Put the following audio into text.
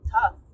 tough